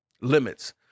limits